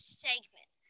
segment